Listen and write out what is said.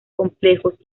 complejos